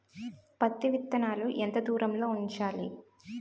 పత్తి విత్తనాలు ఎంత దూరంలో ఉంచాలి?